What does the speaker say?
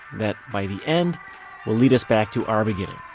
that by the end will lead us back to our beginning.